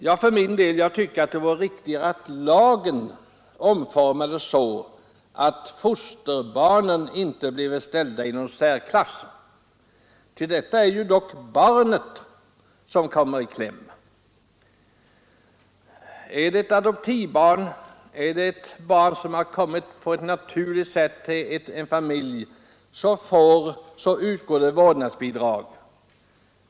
Jag tycker att det vore riktigare att ändra lagen så att fosterbarnen inte blev ställda i särklass. Det är dock barnet som kommer i kläm. Är det handikappade barnet ett adoptivbarn eller ett barn som på ett naturligt sätt kommit till familjen, utgår vårdnadsbidrag.